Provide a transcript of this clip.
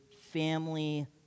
family